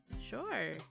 Sure